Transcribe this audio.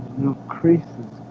no creases